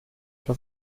das